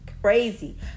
crazy